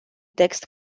text